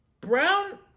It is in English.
brown